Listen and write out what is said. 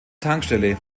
tankstelle